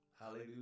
Hallelujah